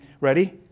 Ready